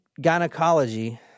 gynecology